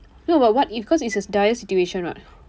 no but what if cause it's a dire situation [what]